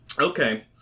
Okay